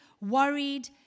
worried